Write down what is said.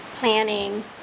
planning